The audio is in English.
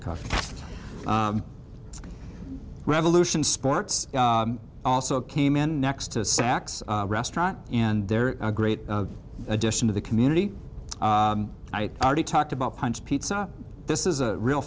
the coffee revolution sports also came in next to saks restaurant and they're a great addition to the community i already talked about punch pizza this is a real